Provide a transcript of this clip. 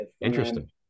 interesting